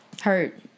hurt